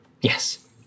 Yes